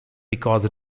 because